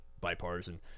bipartisan